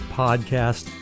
podcast